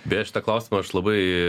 beje šitą klausimą aš labai